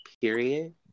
period